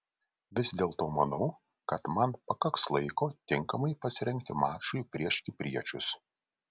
vis dėlto manau kad man pakaks laiko tinkamai pasirengti mačui prieš kipriečius